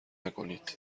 نکنید